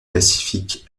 pacifique